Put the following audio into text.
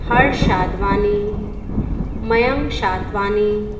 Harsh Shadhwani Mayank Shadhwani